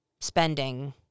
spending